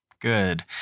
Good